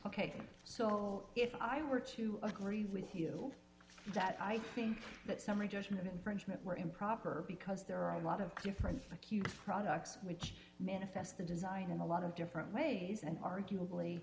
ok so if i were to agree with you that i think that summary judgment infringement were improper because there are a lot of different like you products which manifest the design in a lot of different ways and arguably